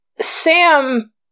Sam